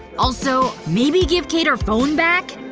also, maybe give kate her phone back?